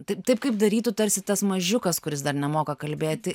taip taip kaip darytų tarsi tas mažiukas kuris dar nemoka kalbėti